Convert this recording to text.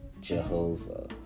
Jehovah